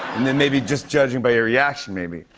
and then maybe just judging by your reaction maybe.